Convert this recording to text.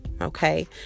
okay